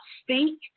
speak